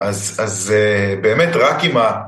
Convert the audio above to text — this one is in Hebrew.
‫אז באמת, רק עם ה...